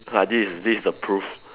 ah this this is the prove